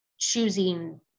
choosing